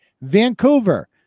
Vancouver